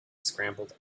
scrambled